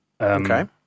Okay